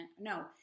no